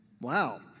wow